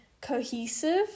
cohesive